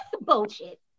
bullshit